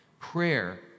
Prayer